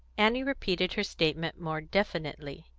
annie repeated her statement more definitely,